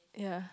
ya